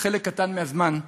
בחלק קטן מהזמן,